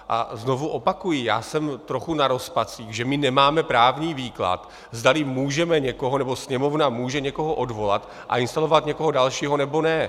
A znovu opakuji, že já jsem trochu na rozpacích, že my nemáme právní výklad, zdali můžeme nebo Sněmovna může někoho odvolat a instalovat někoho dalšího, nebo ne.